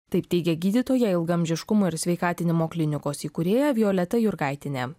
taip teigia gydytoja ilgaamžiškumo ir sveikatinimo klinikos įkūrėja violeta jurgaitienė